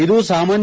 ಇದು ಸಾಮಾನ್ನ